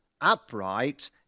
upright